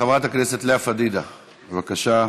חברת הכנסת לאה פדידה, בבקשה.